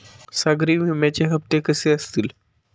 सागरी विम्याचे हप्ते कसे असतील?